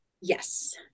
Yes